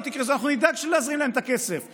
לא יינתן להם סיוע מהר ועכשיו,